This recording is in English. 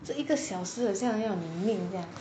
做一个小时很像要你命这样